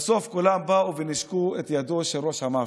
בסוף כולם באו ונישקו את ידו של ראש המאפיה.